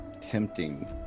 Tempting